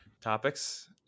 topics